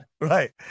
right